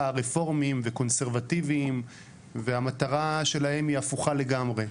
הרפורמיים וקונסרבטיביים והמטרה שלהם היא הפוכה לגמרי.